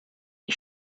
die